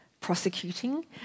prosecuting